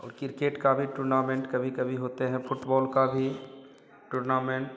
और किरकेट के भी टुर्नामेंट कभी कभी होते हैं फुटबोल के भी टुर्नामेंट